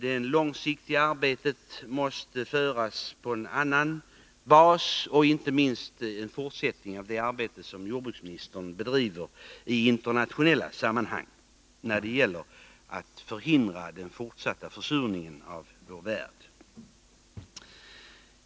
Det långsiktiga arbetet måste föras på en annan bas och inte minst genom en fortsättning av det arbete som jordbruksministern bedriver i internationella sammanhang när det gäller att förhindra den fortsatta försurningen i vår värld.